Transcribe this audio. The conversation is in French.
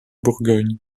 bourgogne